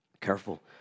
Careful